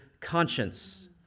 conscience